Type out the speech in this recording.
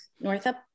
Northup